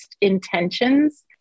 intentions